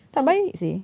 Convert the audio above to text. tak baik seh